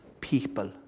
people